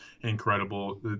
incredible